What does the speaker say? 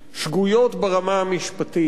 שגויות ברמה המשפטית,